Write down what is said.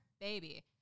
baby